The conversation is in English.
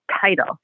title